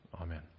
amen